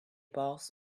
boss